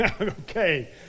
Okay